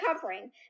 covering